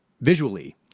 visually